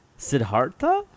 Siddhartha